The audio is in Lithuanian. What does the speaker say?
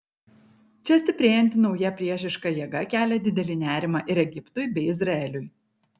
čia stiprėjanti nauja priešiška jėga kelia didelį nerimą ir egiptui bei izraeliui